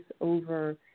over